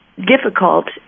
Difficult